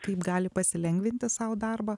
kaip gali pasilengvinti sau darbą